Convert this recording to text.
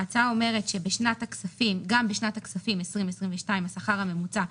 ההצעה אומרת שגם בשנת הכספים 2022 השכר הממוצע,